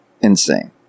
insane